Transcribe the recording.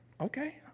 okay